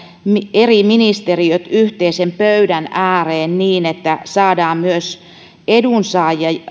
eri ministeriöt yhteisen pöydän ääreen niin että saadaan myös edunsaajien